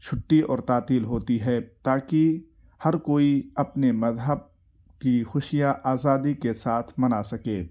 چھٹّی اور تعطیل ہوتی ہے تاكہ ہر کوئی اپنے مذہب کی خوشیاں آزادی کے ساتھ منا سکے